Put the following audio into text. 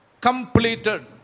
completed